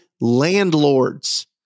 landlords